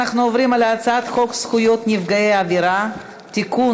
הצעת חוק הבנקאות (שירות ללקוח) (תיקון,